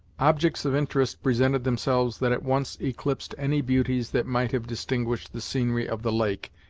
objects of interest presented themselves that at once eclipsed any beauties that might have distinguished the scenery of the lake,